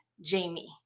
Jamie